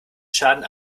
schaden